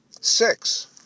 six